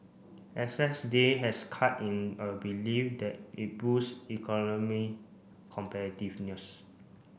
excess day has cut in a belief that it boost economy competitiveness